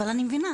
אבל אני מבינה.